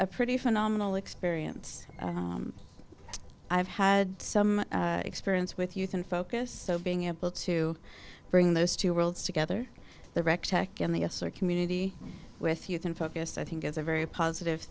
a pretty phenomenal experience i've had some experience with youth and focus so being able to bring those two worlds together the wreck tech in the us or community with youth and focus i think it's a very positive